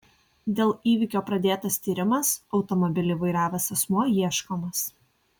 dėl įvykio pradėtas tyrimas automobilį vairavęs asmuo ieškomas